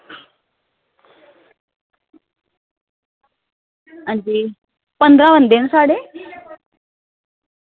अंजी पंदरां बंदे न साढ़े